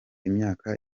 imyaka